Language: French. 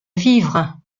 vivre